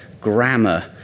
grammar